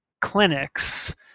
clinics